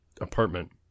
apartment